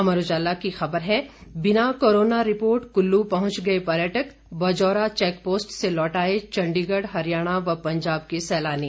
अमर उजाला की खबर है बिना कोरोना रिपोर्ट कुल्लू पहुंच गए पर्यटक बजौरा चेक पोस्ट से लौटाए चंडीगढ़ हरियाणा व पंजाब के सैलानी